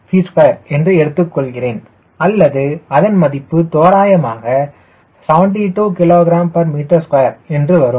9 lbft2 என்று எடுத்துக் கொள்கிறேன் அல்லது அதன் மதிப்பு தோராயமாக 72 kgm2 என்று வரும்